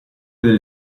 delle